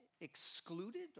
excluded